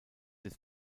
des